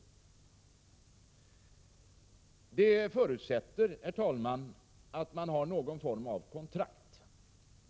Detta förutsätter, herr talman, att det skrivs någon form av kontrakt.